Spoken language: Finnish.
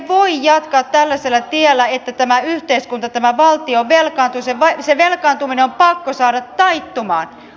vuohia ja tällaisella tiellä että tämä yhteiskunta tämä valtio velkaantuu ja se velkaantuminen on pakko saada taittumaan